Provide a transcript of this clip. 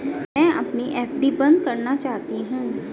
मैं अपनी एफ.डी बंद करना चाहती हूँ